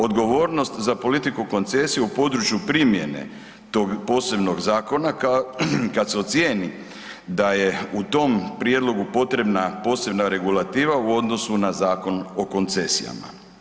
Odgovornost za politiku koncesije u području primjene tog posebnog zakona, kad se ocijeni da je u tom prijedlogu potrebna posebna regulativa u odnosu na Zakon o koncesijama.